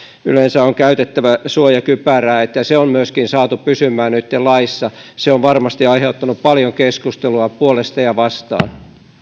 yleensä on käytettävä suojakypärää että se on myöskin saatu pysymään nytten laissa se on varmasti aiheuttanut paljon keskustelua puolesta ja vastaan